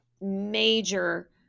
major